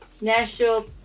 National